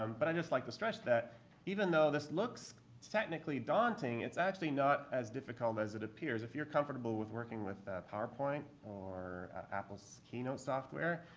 um but i'd like to stress that even though this looks technically daunting, it's actually not as difficult as it appears. if you're comfortable with working with powerpoint or apple's keynote software,